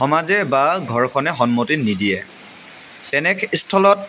সমাজে বা ঘৰখনে সন্মতি নিদিয়ে তেনেস্থলত